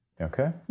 Okay